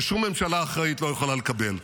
ששום ממשלה אחראית לא יכולה לקבל.